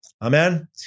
Amen